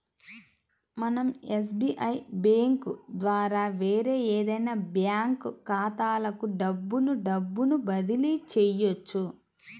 మనం SBI bank ద్వారా వేరే ఏదైనా బ్యాంక్ ఖాతాలకు డబ్బును డబ్బును బదిలీ చెయ్యొచ్చు